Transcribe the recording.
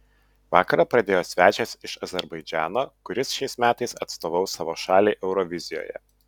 vakarą pradėjo svečias iš azerbaidžano kuris šiais metais atstovaus savo šaliai eurovizijoje